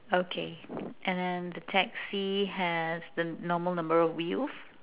okay and then the taxi has the normal number of wheels